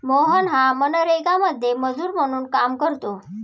मोहन हा मनरेगामध्ये मजूर म्हणून काम करतो